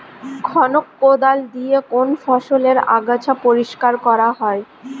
খনক কোদাল দিয়ে কোন ফসলের আগাছা পরিষ্কার করা হয়?